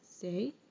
say